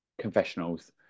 confessionals